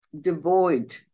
devoid